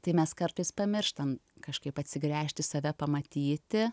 tai mes kartais pamirštam kažkaip atsigręžti save pamatyti